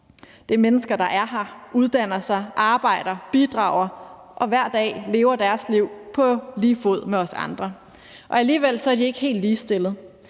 Det er mennesker, der er her, uddanner sig, arbejder, bidrager og hver dag lever deres liv på lige fod med os andre. Alligevel er de ikke helt ligestillet,